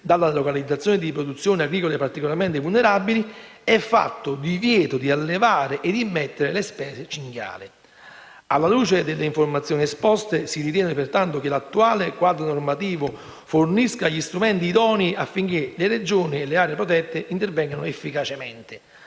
dalla localizzazione di produzioni agricole particolarmente vulnerabili, è fatto divieto di allevare e immettere la specie cinghiale. Alla luce delle informazioni esposte, si ritiene pertanto che l'attuale quadro normativo fornisca gli strumenti idonei affinché le Regioni e le aree protette intervengano efficacemente.